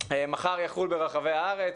מחר יחול ברחבי הארץ,